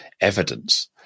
evidence